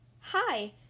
hi